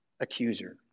accuser